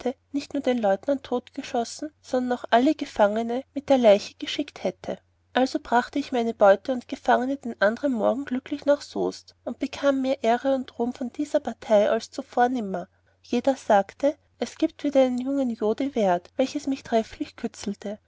nicht nur den leutenant totgeschossen sondern auch alle gefangene mit der leiche geschickt hätte also brachte ich meine beute und gefangene den andern morgen glücklich in soest und bekam mehr ehre und ruhm von dieser partei als zuvor nimmer jeder sagte dies gibt wieder einen jungen joh de werd welches mich trefflich